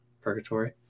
purgatory